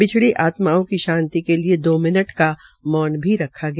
बिछड़ी आत्माओं की शांति के लिये दो मिनट का मौन भी रखा गया